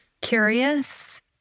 curious